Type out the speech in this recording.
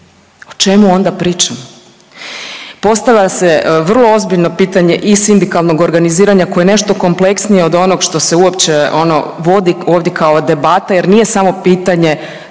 o čemu onda pričamo? Postavlja se vrlo ozbiljno pitanje i sindikalnog organiziranja koji je nešto kompleksniji od onog što se uopće ono vodi ovdje kao debata jer nije samo pitanje